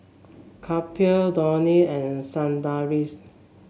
Kapil Dhoni and Sundaresh